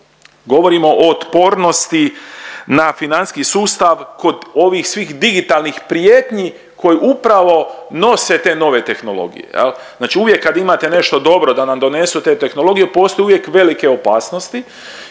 Govorimo o otpornosti na financijski sustav kod ovih svih digitalnih prijetnji koje upravo nose te nove tehnologije. Znači uvijek kad imate nešto dobro da nam donesu te tehnologije postoje uvijek velike opasnosti